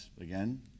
again